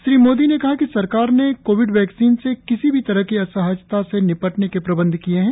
श्री मोदी ने कहा कि सरकार ने कोविड वैक्सीन से किसी भी तरह की असहजता से निपटने के प्रबंध किए हैं